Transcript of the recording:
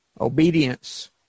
Obedience